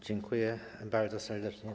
Dziękuję bardzo serdecznie.